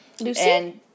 Lucy